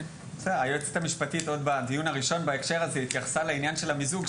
היועצת המשפטית עוד בדיון הראשון בהקשר הזה התייחסה לעניין של המיזוג,